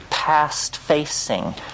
past-facing